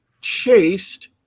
chased